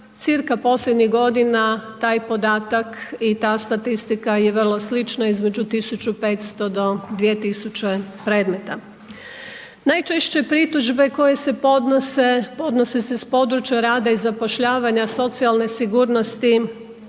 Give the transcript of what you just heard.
cca. posljednjih godina taj podatak i ta statistika je vrlo slično između 1500 do 2000 predmeta. Najčešće pritužbe koje se podnose, podnose se sa područja rada i zapošljavanja socijalne sigurnosti